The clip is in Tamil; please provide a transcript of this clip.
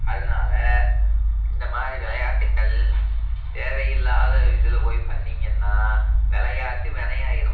அதனால இந்தமாதிரி விளையாட்டுக்கள் தேவையில்லாத இதில் போய் பண்ணிங்கன்னா விளையாட்டு வினையாயிரும்